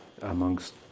amongst